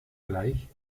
gleich